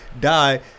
die